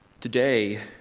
Today